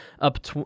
up